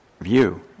view